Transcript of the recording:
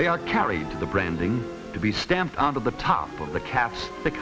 they are carried to the branding to be stamped out of the top of the cab the